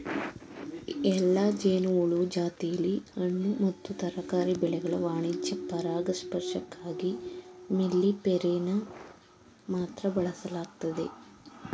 ಎಲ್ಲಾ ಜೇನುಹುಳು ಜಾತಿಲಿ ಹಣ್ಣು ಮತ್ತು ತರಕಾರಿ ಬೆಳೆಗಳ ವಾಣಿಜ್ಯ ಪರಾಗಸ್ಪರ್ಶಕ್ಕಾಗಿ ಮೆಲ್ಲಿಫೆರಾನ ಮಾತ್ರ ಬಳಸಲಾಗ್ತದೆ